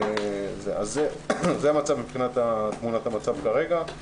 זה תמונת המצב כרגע.